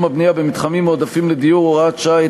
הבנייה במתחמים מועדפים לדיור (הוראת שעה),